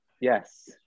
yes